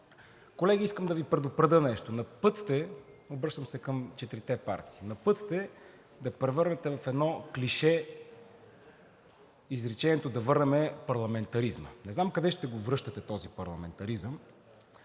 Колеги, искам да Ви предупредя нещо. На път сте – обръщам се към четирите партии, да превърнете в едно клише изречението: „Да върнем парламентаризма.“ Не знам къде ще връщате този парламентаризъм.